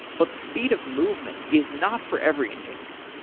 but the speed of movement is not for every engineer.